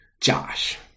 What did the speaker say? Josh